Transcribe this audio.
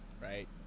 right